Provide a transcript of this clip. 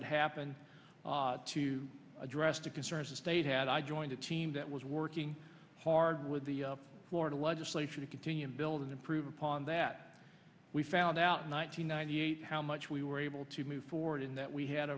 had happened to address the concerns the state had i joined a team that was working hard with the florida legislature to continue to build and improve upon that we found out nine hundred ninety eight how much we were able to move forward in that we had